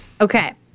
okay